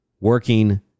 working